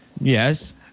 Yes